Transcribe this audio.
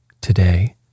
Today